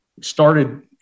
started